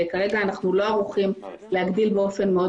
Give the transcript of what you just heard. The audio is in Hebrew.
כרגע אנו לא ערוכים להגדיל באופן מאוד